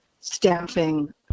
staffing